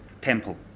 Temple